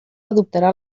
adoptarà